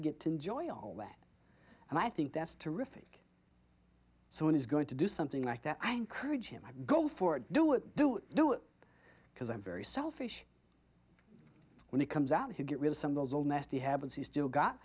get to enjoy all that and i think that's terrific so when he's going to do something like that i encourage him to go for it do it do it do it because i'm very selfish when it comes out to get rid of some of those old nasty habits he's still got